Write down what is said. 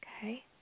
Okay